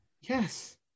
Yes